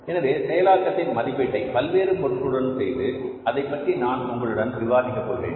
எனவே செயலாக்கத்தின் மதிப்பீட்டை பல்வேறு பொருட்களுடன் செய்து அதைப்பற்றி நான் உங்களுடன் விவாதிக்க போகிறேன்